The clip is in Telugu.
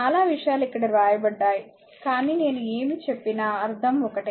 చాలా విషయాలు ఇక్కడ వ్రాయబడ్డాయి కానీ నేను ఏమి చెప్పిన అర్ధం ఒకటే